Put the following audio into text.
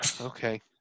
okay